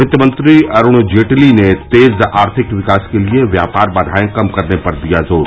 वित्तमंत्री अरूण जेटली ने तेज आर्थिक विकास के लिये व्यापार बाधाएं कम करने पर दिया जोर